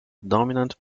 dominant